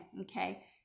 Okay